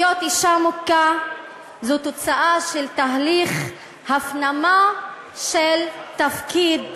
להיות אישה מוכה זה תוצאה של תהליך הפנמה של תפקיד הקורבן.